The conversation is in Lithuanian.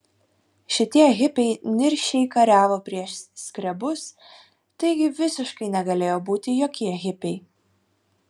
šitie hipiai niršiai kariavo prieš skrebus taigi visiškai negalėjo būti jokie hipiai